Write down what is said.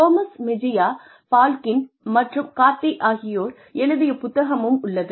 Gomez Mejia Balkin மற்றும் Cardy ஆகியோர் எழுதிய புத்தகமும் உள்ளது